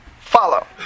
follow